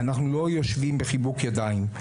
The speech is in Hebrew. אנחנו לא יושבים בחיבוק ידיים.